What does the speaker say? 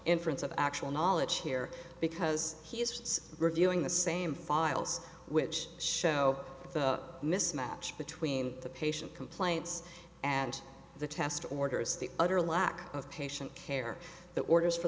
inference of actual knowledge here because he is reviewing the same files which show the mismatch between the patient complaints and the test orders the utter lack of patient care that orders for